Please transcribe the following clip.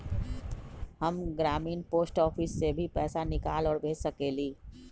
हम ग्रामीण post office से भी पैसा निकाल और भेज सकेली?